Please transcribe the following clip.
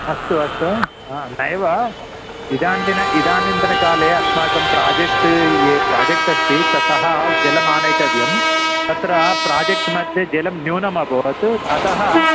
अस्तु अस्तु नैव इदानीन्तन इदानीन्तनकाले अस्माकं प्राजेक्ट् ये प्राजेक्ट् अस्ति ततः जलमानेतव्यं तत्र प्राजेक्ट्मध्ये जलं न्यूनमभवत् अतः